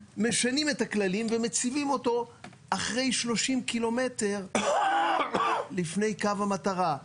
משנים את הכללים ומציבים אותו אחרי 30 ק"מ לפני קו המטרה.